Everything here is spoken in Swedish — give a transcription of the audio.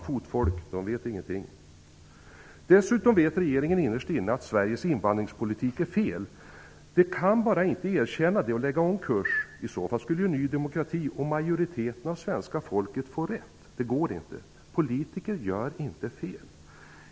Fotfolket vet ingenting. Desssutom vet regeringen innerst inne att Sveriges invandringspolitik är fel. Man kan bara inte erkänna det och lägga om kurs. I så fall skulle ju Ny demokrati och majoriteten av svenska folket få rätt. Det går inte. Politiker gör inte fel!